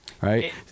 right